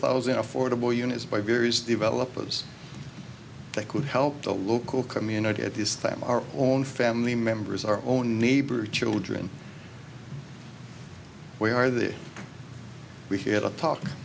thousand affordable units by various developers that could help the local community at this time our own family members our own neighborhood children we are there we had a talk